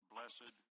Blessed